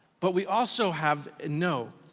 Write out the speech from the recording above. but we also have and know,